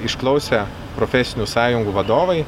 išklausę profesinių sąjungų vadovai